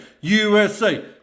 USA